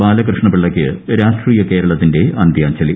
ബാലകൃഷ്ണപിള്ളയ്ക്ക് രാഷ്ട്രീയ കേരളത്തിന്റെ അന്ത്യാഞ്ജലി